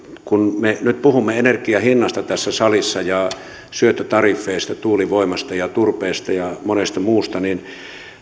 kun me nyt puhumme tässä salissa energian hinnasta syöttötariffeista tuulivoimasta ja turpeesta ja monesta muusta niin